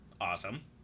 Awesome